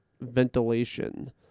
ventilation